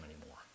anymore